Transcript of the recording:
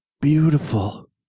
beautiful